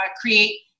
create